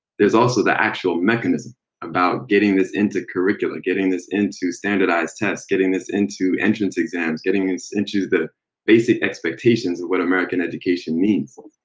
there's also the actual mechanism about getting this into curricula, getting this into standardized tests, getting this into entrance exams, getting this into the basic expectations of what american education means.